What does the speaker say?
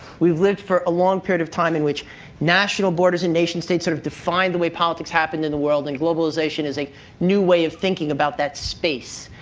we've lived for a long period of time in which national borders and nation-states sort of defined the way politics happened in the world. and globalization is a new way of thinking about that space.